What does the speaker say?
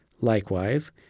Likewise